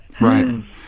Right